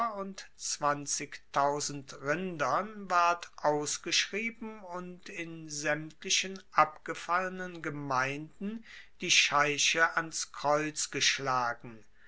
und rindern ward ausgeschrieben und in saemtlichen abgefallenen gemeinden die scheiche ans kreuz geschlagen